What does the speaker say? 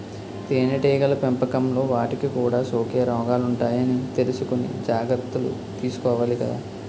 తేనెటీగల పెంపకంలో వాటికి కూడా సోకే రోగాలుంటాయని తెలుసుకుని జాగర్తలు తీసుకోవాలి కదా